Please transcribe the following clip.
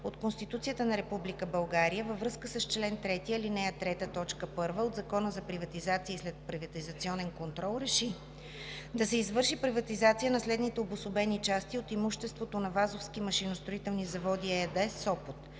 от Конституцията на Република България във връзка с чл. 3, ал. 3, т. 1 от Закона за приватизация и следприватизационен контрол РЕШИ: Да се извърши приватизация на следните обособени части от имуществото на „Вазовски машиностроителни заводи“ ЕАД –